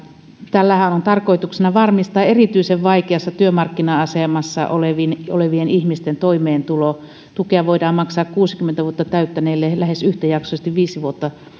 tällähän on tarkoituksena varmistaa erityisen vaikeassa työmarkkina asemassa olevien ihmisten toimeentulo tukea voidaan maksaa kuusikymmentä vuotta täyttäneille lähes yhtäjaksoisesti viisi vuotta